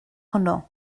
hwnnw